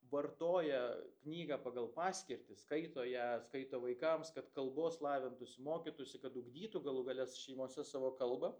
vartoja knygą pagal paskirtį skaito ją skaito vaikams kad kalbos lavintųsi mokytųsi kad ugdytų galų gale šeimose savo kalbą